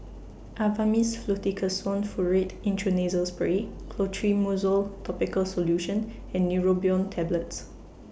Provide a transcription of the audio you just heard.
Avamys Fluticasone Furoate Intranasal Spray Clotrimozole Topical Solution and Neurobion Tablets